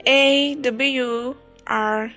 awr